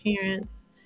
parents